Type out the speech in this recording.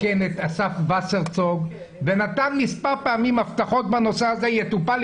אסף וסרצוג והוא נתן מספר פעמים הבטחות בנושא הזה ואמר שיטופל,